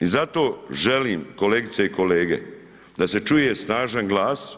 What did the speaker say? I zato želim, kolegice i kolege, da se čuje snažan glas,